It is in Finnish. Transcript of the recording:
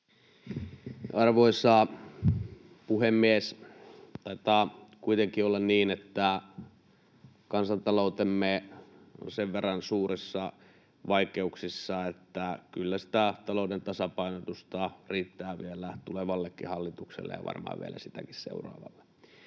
Arvoisa puhemies! Taitaa kuitenkin olla niin, että kansantaloutemme on sen verran suurissa vaikeuksissa, että kyllä sitä talouden tasapainotusta riittää vielä tulevallekin hallitukselle ja varmaan vielä sitäkin seuraavalle.